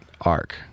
arc